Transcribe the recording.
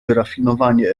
wyrafinowanie